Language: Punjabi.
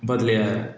ਬਦਲਿਆ ਹੈ